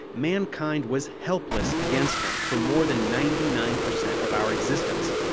mankind was helpless against them for more than ninety nine percent of our existence.